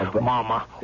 Mama